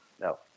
No